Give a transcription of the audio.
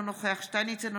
אינו נוכח יובל שטייניץ,